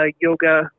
yoga